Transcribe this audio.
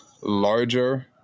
larger